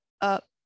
up